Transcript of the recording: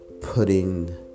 putting